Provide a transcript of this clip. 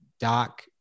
Doc